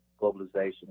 globalization